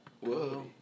Whoa